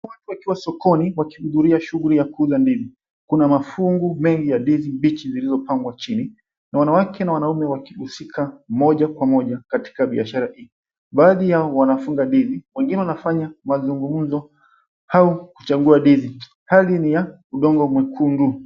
Watu wakiwa sokoni wakihudhuria shughuli ya kuuza ndizi, kuna mafungu mengi ya ndizi mbichi zilizopangwa chini na wanawake na wanaume wakihusika moja kwa moja katika biashara hii. 𝐵aadhi yao wanafunga 𝑛𝑑𝑖𝑧𝑖, wengine wanafanya mazungumzo au kuchagua 𝑛𝑑𝑖𝑧𝑖. 𝐻ali ni ya udongo mwekundu.